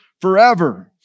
forever